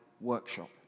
workshop